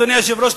אדוני היושב-ראש,